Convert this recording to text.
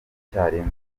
icyarimwe